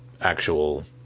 actual